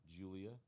Julia